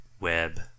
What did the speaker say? web